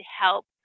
help